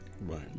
Right